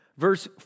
Verse